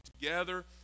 together